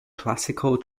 classical